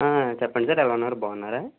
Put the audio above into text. చెప్పండి సార్ ఎలా ఉన్నారు బాగున్నారా